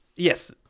Yes